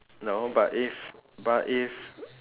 no but if but if